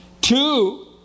Two